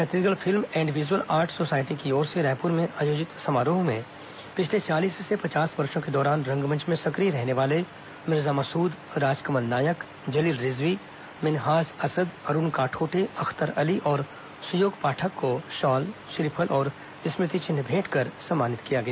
Chhattisgarh film and visual art society की ओर से रायपुर में आयोजित समारोह में पिछले चालीस से पचास वर्षो के दौरान रंगमंच में सक्रिय रहने वाले मिर्जा मसूद राजकमल नायक जलील रिजवी मिनहाज असद अरूण काठोटे अख्तर अली और सुयोग पाठक को शॉल श्रीफल और स्मृति चिन्ह भेंटकर सम्मानित किया गया